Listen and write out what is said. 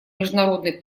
международной